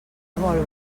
molt